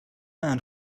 ant